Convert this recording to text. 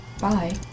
Bye